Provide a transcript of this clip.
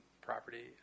property